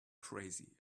crazy